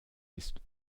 ist